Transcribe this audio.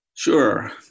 Sure